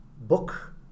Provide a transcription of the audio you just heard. book